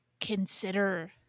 consider